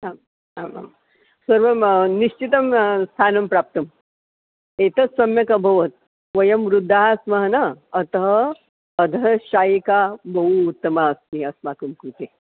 आम् आमां सर्वं निश्चितं स्थानं प्राप्तम् एतत् सम्यक् अभवत् वयं वृद्धाः स्मः न अतः अधः शायिका बहु उत्तमा अस्ति अस्माकं कृते